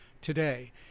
today